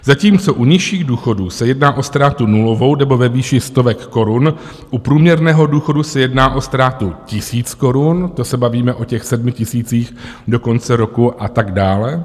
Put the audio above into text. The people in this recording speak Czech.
Zatímco u nižších důchodů se jedná o ztrátu nulovou nebo ve výši stovek korun, u průměrného důchodu se jedná o ztrátu tisíc korun, to se bavíme o těch 7 000 do konce roku, a tak dále.